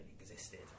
existed